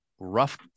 rough